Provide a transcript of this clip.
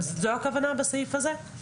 זו הכוונה בסעיף הזה?